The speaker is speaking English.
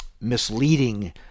misleading